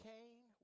Cain